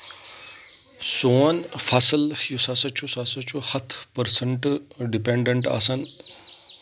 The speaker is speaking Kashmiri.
سون فصٕل یُس ہسا چھُ سُہ ہسا چھُ ہَتھ پٔرسَنٹ ڈِپینڈَنٹ آسان